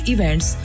Events